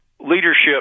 Leadership